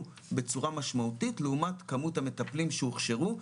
בצורה משמעותית לעומת כמות המטפלים שהוכשרו,